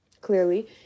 clearly